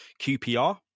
QPR